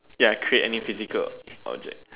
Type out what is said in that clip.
ya create any physical object